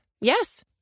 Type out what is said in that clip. Yes